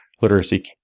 literacy